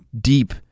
deep